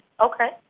Okay